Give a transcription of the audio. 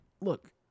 Look